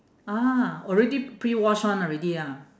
ah already prewash one already ah